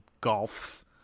golf